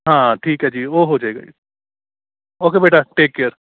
ਹਾਂ ਠੀਕ ਹੈ ਜੀ ਉਹ ਹੋ ਜਾਏਗਾ ਓਕੇ ਬੇਟਾ ਟੇਕ ਕੇਅਰ